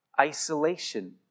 isolation